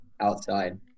outside